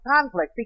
conflict